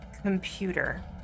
computer